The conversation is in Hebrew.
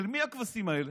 של מי הכבשים האלה?